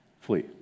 flee